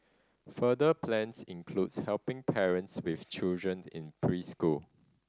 further plans includes helping parents with children in preschool